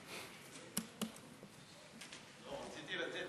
רציתי לתת